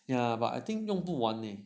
ya but I think 用不完 leh